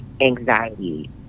anxiety